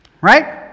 right